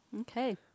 Okay